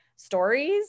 stories